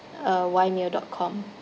uh Y mail dot com